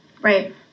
Right